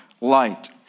light